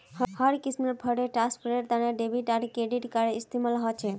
हर किस्मेर फंड ट्रांस्फरेर तने डेबिट आर क्रेडिट कार्डेर इस्तेमाल ह छे